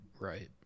right